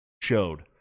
showed